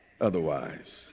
otherwise